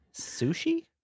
Sushi